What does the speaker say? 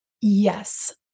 Yes